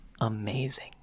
amazing